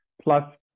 Plus